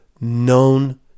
known